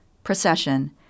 procession